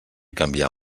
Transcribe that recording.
canviar